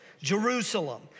Jerusalem